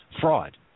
fraud